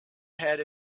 ahead